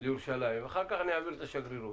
לירושלים ואחר כך אני אעביר השגרירות.